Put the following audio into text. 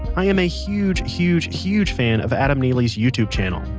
i am a huge, huge, huge fan of adam neely's youtube channel,